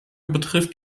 betrifft